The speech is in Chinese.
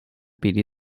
比例